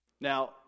Now